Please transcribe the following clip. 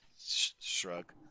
shrug